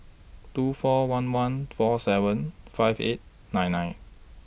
two four one one four seven five eight nine nine